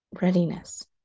readiness